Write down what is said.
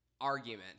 argument